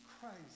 Christ